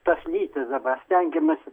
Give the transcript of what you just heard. tos lytys dabar stengiamasi